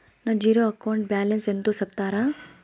నా zero account balance ఎంతో సెప్తారా?